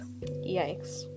Yikes